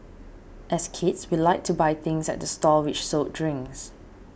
as kids we liked to buy things at the stalls which sold drinks